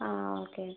ആ ആ ഓക്കെ